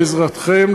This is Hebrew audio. בעזרתכם,